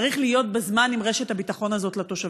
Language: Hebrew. צריך להיות בזמן עם רשת הביטחון הזאת לתושבים.